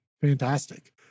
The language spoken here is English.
fantastic